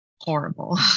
horrible